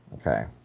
Okay